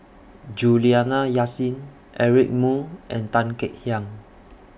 Juliana Yasin Eric Moo and Tan Kek Hiang